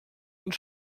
und